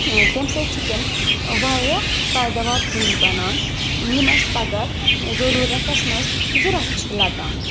تمہِ سۭتۍ چھِ تِم واریاہ پیداوار کُلۍ بنان یِم اسہِ پگہہ ضروٗرتس منٛز ضروٗرَت چھِ لگان